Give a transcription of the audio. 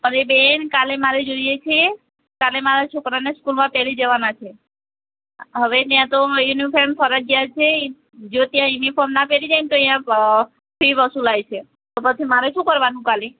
હવે બેન કાલે મારે જોઈએ છે કાલે મારા છોકરાને સ્કૂલમાં પહેરી જવાના છે હવે ત્યાં તો યુનિફોર્મ ફરજીયાત છે જો ત્યાં યુનિફોર્મ ના પહેરી જાય તો ફી વસૂલાય છે તો પછી મારે શું કરવાનું કાલે